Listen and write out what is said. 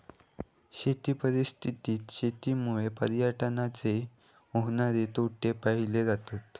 शेती परिस्थितीत शेतीमुळे पर्यावरणाचे होणारे तोटे पाहिले जातत